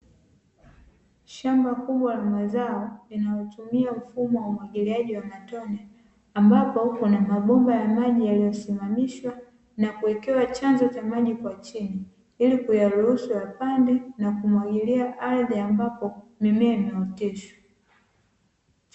Shamba kubwa la mazao linalo tumia mfumo wa umwagiliaji wa matone ambapo kuna mabomba ya maji, yaliyo simamishwa na kuekewa chanzo cha maji kwa chini ili kuyaruhusu yapande na kumwagilia ardhi ambapo mimea imeoteshwa.